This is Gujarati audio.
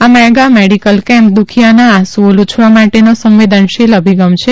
આ મેડિકલ કેમ્પ દુખીયાના આંસુ લુછવા માટેનો સંવેદનશીલ અભિગમ છે